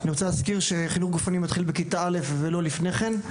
אני רוצה להזכיר שחינוך גופני מתחיל בכיתה א' ולא לפני כן,